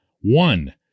One